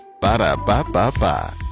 Ba-da-ba-ba-ba